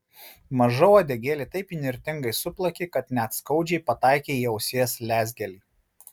maža uodegėlė taip įnirtingai suplakė kad net skaudžiai pataikė į ausies lezgelį